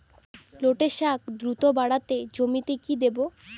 লটে শাখ দ্রুত বাড়াতে জমিতে কি দেবো?